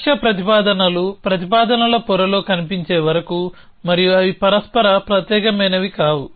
లక్ష్య ప్రతిపాదనలు ప్రతిపాదనల పొరలో కనిపించే వరకు మరియు అవి పరస్పరం ప్రత్యేకమైనవి కావు